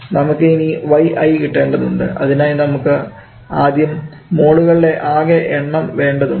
നമുക്ക് ഇനി yi കിട്ടേണ്ടതുണ്ട് അതിനായി നമുക്ക് ആദ്യം മോളുകളുടെ ആകെ എണ്ണം വേണ്ടതുണ്ട്